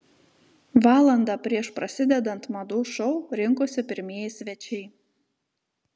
valandą prieš prasidedant madų šou rinkosi pirmieji svečiai